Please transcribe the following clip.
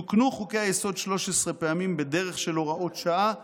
תוקנו חוקי-היסוד 13 פעמים בדרך של הוראות שעה,